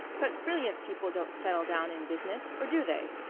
but brilliant people don't settle down in business or do they?